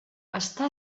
està